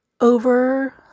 over